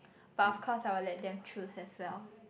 but of course I will let them choose as well